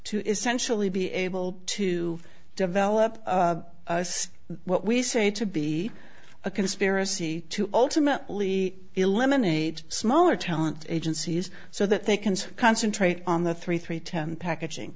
to essentially be able to develop what we say to be a conspiracy to ultimately eliminate smaller talent agencies so that they can concentrate on the three three ten packaging